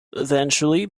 eventually